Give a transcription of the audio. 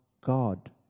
God